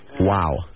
Wow